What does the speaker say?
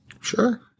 Sure